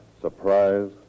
surprise